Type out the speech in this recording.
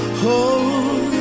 hold